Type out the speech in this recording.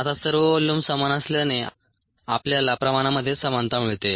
आता सर्व व्हॉल्यूम समान असल्याने आपल्याला प्रमाणामध्ये समानता मिळते